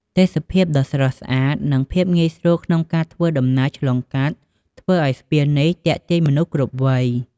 ទេសភាពដ៏ស្រស់ស្អាត និងភាពងាយស្រួលក្នុងការធ្វើដំណើរឆ្លងកាត់ ធ្វើឱ្យស្ពាននេះទាក់ទាញមនុស្សគ្រប់វ័យ។